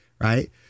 right